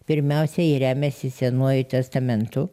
pirmiausia ji remiasi senuoju testamentu